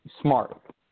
smart